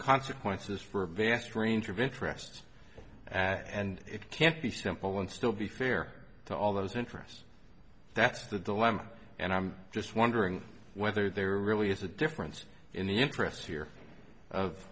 consequences for a vast range of interests and it can't be simple and still be fair to all those interests that's the dilemma and i'm just wondering whether there really is a difference in the interests here of